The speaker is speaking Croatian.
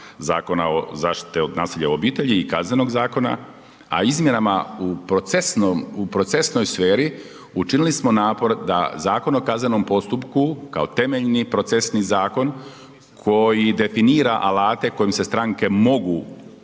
Zakona o zaštite od nasilja u obitelji i Kaznenog zakona, a izmjenama u procesnom, u procesnoj sferi učinili smo napor da Zakon o kaznenom postupku kao temeljni procesni zakon koji definira alate kojim se stranke mogu,